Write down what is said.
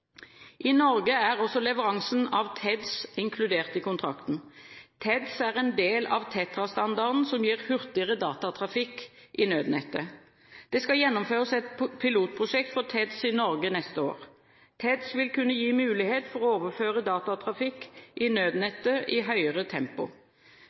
I Norge er også leveransen av TEDS inkludert i kontrakten. TEDS er en del av TETRA-standarden som gir hurtigere datatrafikk i nødnettet. Det skal gjennomføres et pilotprosjekt for TEDS i Norge neste år. TEDS vil kunne gi mulighet til å overføre datatrafikk i